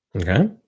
Okay